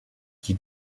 qui